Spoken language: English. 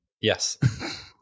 yes